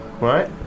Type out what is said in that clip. Right